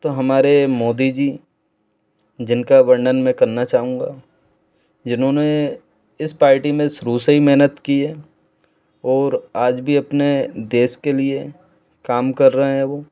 तो हमारे मोदी जी जिनका वर्णन में करना चाहूँगा जिन्होंने इस पार्टी में शुरू से ही मेहनत की है और आज भी अपने देश के लिए काम कर रहे हैं वो